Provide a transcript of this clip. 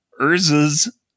Urza's